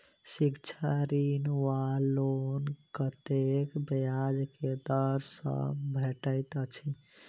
शिक्षा ऋण वा लोन कतेक ब्याज केँ दर सँ भेटैत अछि?